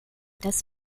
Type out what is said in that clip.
das